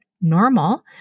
normal